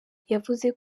yavuze